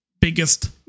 biggest